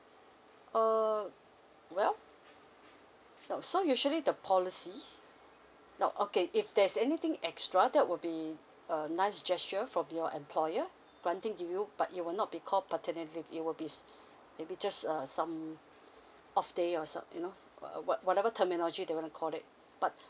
err well now so usually the policy now okay if there's anything extra that would be uh nice gesture from your employer granting to you but it will not be called paternity leave it will be s~ maybe just uh some off day or some you know uh what whatever terminology they want to call it but